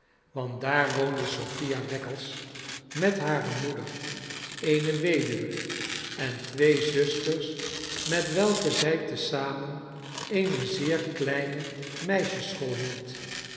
want daar woonde sophia wackles met hare moeder eene weduwe en twee zusters met welke zij te zamen eene zeer kleine meisjesschool hield